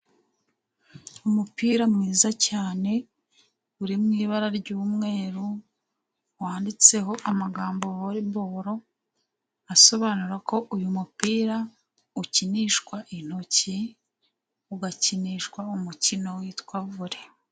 Umupira mwiza cyane uri mu ibara ry'umweru, wanditseho amagambo voreboro asobanura ko uyu mupira ukinishwa intoki, ugakinishwa umukino witwa vore.